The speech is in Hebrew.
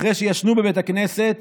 אחרי שישנו בבית הכנסת